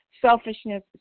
selfishness